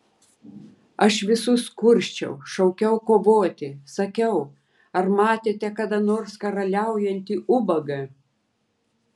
aš visus kursčiau šaukiau kovoti sakiau ar matėte kada nors karaliaujantį ubagą